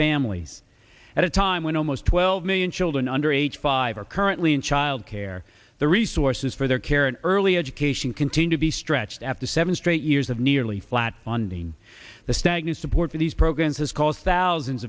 families at a time when almost twelve million children under age five are currently in child care the resources for their care and early education continue to be stretched at the seven straight years of nearly flat on the stagnant support for these programs has caused thousands